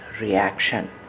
reaction